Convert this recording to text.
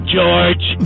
George